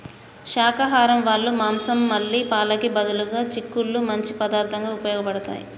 శాకాహరం వాళ్ళ మాంసం మళ్ళీ పాలకి బదులుగా చిక్కుళ్ళు మంచి పదార్థంగా ఉపయోగబడతాయి